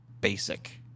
basic